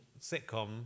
sitcom